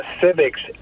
civics